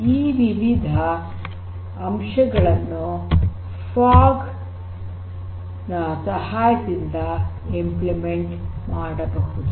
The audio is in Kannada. ಈ ವಿವಿಧ ಅಂಶಗಳನ್ನು ಫಾಗ್ ನ ಸಹಾಯದಿಂದ ಕಾರ್ಯಗತ ಮಾಡಬಹುದು